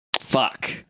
Fuck